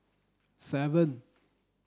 seven